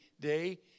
day